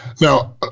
Now